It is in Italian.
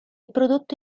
prodotto